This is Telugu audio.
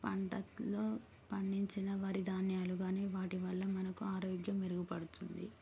పంటలలో పండించిన వరి ధాన్యాలు కానీ వాటి వల్ల మనకు ఆరోగ్యం మెరుగుపడుతుంది